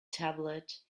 tablet